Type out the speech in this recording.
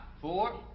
four